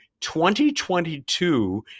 2022